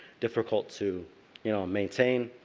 difficult to you know maintain,